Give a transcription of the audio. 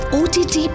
ott